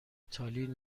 تالین